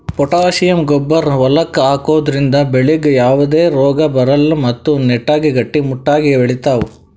potassium ಗೊಬ್ಬರ್ ಹೊಲಕ್ಕ್ ಹಾಕದ್ರಿಂದ ಬೆಳಿಗ್ ಯಾವದೇ ರೋಗಾ ಬರಲ್ಲ್ ಮತ್ತ್ ನೆಟ್ಟಗ್ ಗಟ್ಟಿಮುಟ್ಟಾಗ್ ಬೆಳಿತಾವ್